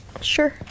Sure